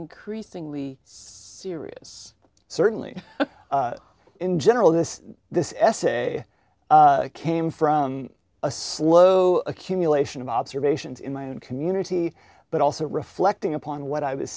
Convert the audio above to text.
increasingly serious certainly in general this this essay came from a slow accumulation of observations in my own community but also reflecting upon what i was